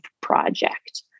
project